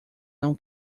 não